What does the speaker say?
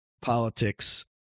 politics